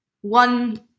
one